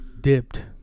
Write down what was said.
dipped